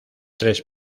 tres